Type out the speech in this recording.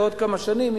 בעוד כמה שנים,